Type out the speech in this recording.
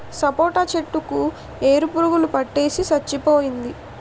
సపోటా చెట్టు కి ఏరు పురుగు పట్టేసి సచ్చిపోయింది